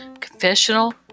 confessional